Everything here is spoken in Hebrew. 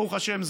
ברוך השם,